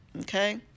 okay